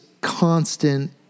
constant